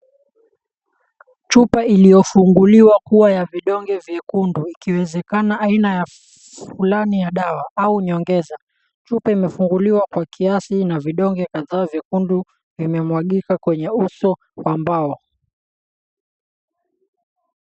Chupa ilivyofunguliwa kuwa ya vidongo vyekundu ikiwezekana aina ya fulani ya dawa au nyongeza. Chupa imefunguliwa kwa kiasi na vidongo kadhaa vyekundu vimemwagika kwenye uso wa mbawa.